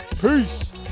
Peace